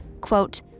quote